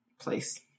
place